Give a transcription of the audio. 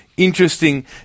Interesting